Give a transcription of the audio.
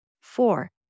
four